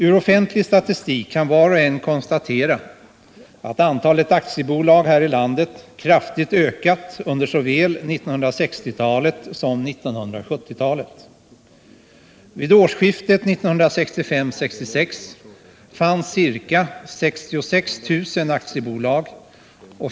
I offentlig statistik kan var och en konstatera att antalet aktiebolag här i landet kraftigt ökat under såväl 1960-talet som 1970-talet. Vid årsskiftet 1965-1966 fanns ca 66 000 aktiebolag.